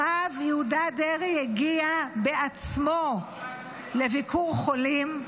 הרב יהודה דרעי הגיע בעצמו לביקור חולים.